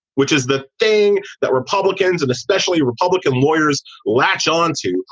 which is the thing that republicans and especially republican lawyers latched on to,